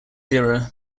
era